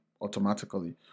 automatically